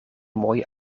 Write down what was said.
mooie